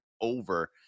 over